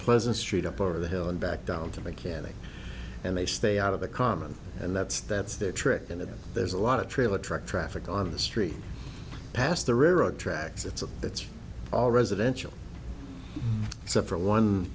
pleasant street up over the hill and back down to mechanic and they stay out of the common and that's that's their trick and there's a lot of trailer truck traffic on the street past the railroad tracks it's a it's all residential